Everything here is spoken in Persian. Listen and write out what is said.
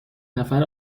نفر